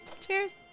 Cheers